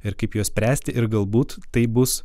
ir kaip juos spręsti ir galbūt tai bus